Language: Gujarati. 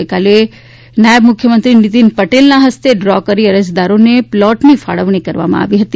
ગઇકાલે ઓનલાઈન નાયબ મુખ્યમંત્રી નીતિન પટેલના હસ્તે ડ્રો કરીને અરજદારોને પ્લોટની ફાળવણી કરવામાં આવી હતી